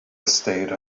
estate